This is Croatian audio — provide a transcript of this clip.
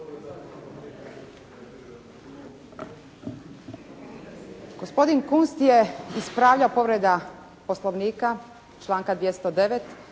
Gospodin Kunst je ispravljao povredu Poslovnika članka 209.,